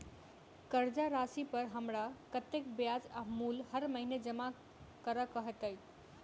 कर्जा राशि पर हमरा कत्तेक ब्याज आ मूल हर महीने जमा करऽ कऽ हेतै?